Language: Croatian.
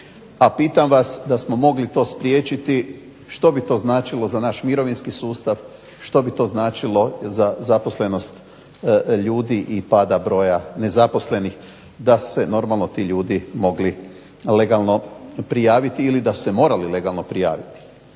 a pitam vas da smo mogli to spriječiti što bi to značilo za naš mirovinski sustav, što bi to značilo za zaposlenost ljudi i pad broja nezaposlenih da su se normalno ti ljudi mogli legalno prijaviti ili da su se morali legalno prijaviti.